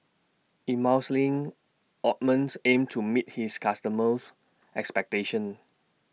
Ointments aims to meet its customers' expectations